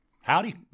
Howdy